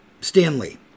Stanley